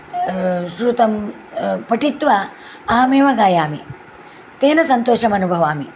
श्रुतं पठित्वा अहमेव गायामि तेन सन्तोषमनुभवामि